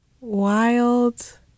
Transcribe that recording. Wild